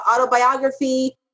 autobiography